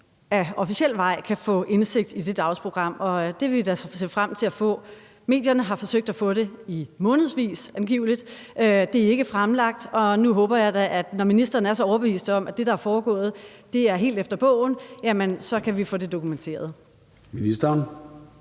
officiel vej kan få indsigt i det program, og det vil vi da se frem til at få. Medierne har angiveligt forsøgt at få det i månedsvis. Det er ikke blevet fremlagt. Og nu håber jeg da, når ministeren er så overbevist om, at det, der er foregået, er helt efter bogen, at så kan vi også få det dokumenteret. Kl.